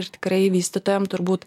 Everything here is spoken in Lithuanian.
ir tikrai vystytojam turbūt